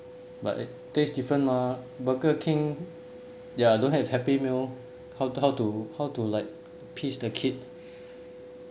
but it tastes different mah burger king ya don't have happy meal how how to how to like please the kid